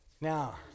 Now